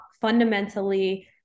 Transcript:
fundamentally